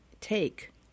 take